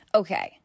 okay